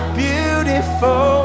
beautiful